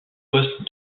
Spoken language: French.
poste